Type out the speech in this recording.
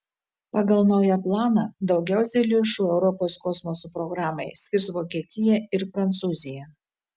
pagal naują planą daugiausiai lėšų europos kosmoso programai skirs vokietija ir prancūzija